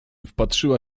wpatrzyła